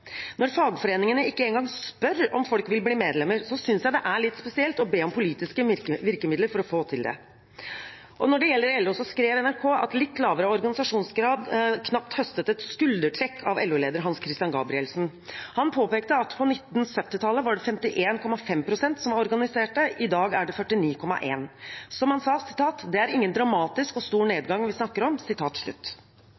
Når fagforeningene ikke engang spør om folk vil bli medlem, synes jeg det er litt spesielt å be om politiske virkemidler for å få det til. Når det gjelder LO, skrev NRK at litt lavere organisasjonsgrad knapt høstet et skuldertrekk fra LO-leder Hans-Christian Gabrielsen. Han påpekte at det på 1970-tallet var 51,5 pst. som var organisert, i dag er det 49,1 pst. Som han sa: «Det er ingen dramatisk og stor